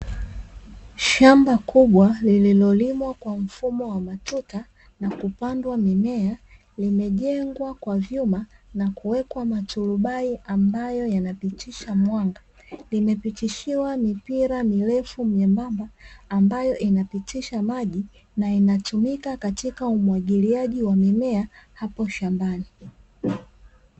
Shamba kubwa lililolimwa kwa mfumo wa matuta na kupandwa mimea, limejengwa kwa vyuma na kuwekwa maturubai ambayo yanapitisha mwanga. Limepitishiwa mipira mirefu myembamba ambayo inapitisha maji na inatumika katika umwagiliaji wa mimea hapo shambani.